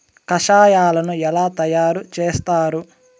కషాయాలను ఎలా తయారు చేస్తారు?